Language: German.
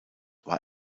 war